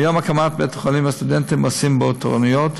מיום הקמת בית-החולים הסטודנטים עושים בו תורנויות.